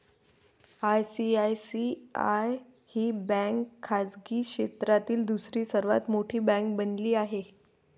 ICICI ही bank खाजगी क्षेत्रातील दुसरी सर्वात मोठी बँक बनली आहे